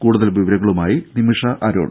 കൂടുതൽ വിവരങ്ങളുമായി നിമിഷ അരുൺ